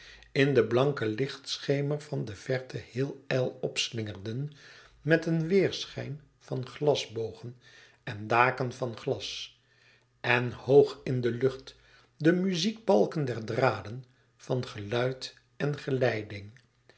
in den blanken lichtschemer van de verte heel ijl opglinsterden met een weêrschijn van glasbogen en daken van glas en hoog in de lucht de muziek balken der draden van geluid en geleiding